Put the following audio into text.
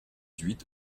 huit